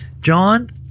John